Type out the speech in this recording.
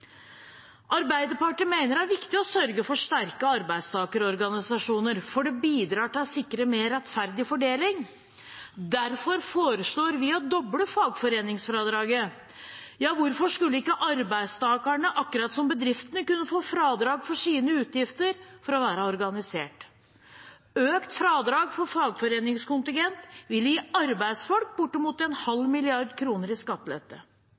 Arbeiderpartiet mener det er viktig å sørge for sterke arbeidstakerorganisasjoner, for det bidrar til å sikre en mer rettferdig fordeling. Derfor foreslår vi å doble fagforeningsfradraget. Hvorfor skulle ikke arbeidstakerne, akkurat som bedriftene, kunne få fradrag for sine utgifter for å være organisert? Økt fradrag for fagforeningskontingent vil gi arbeidsfolk bortimot 0,5 mrd. kr i skattelette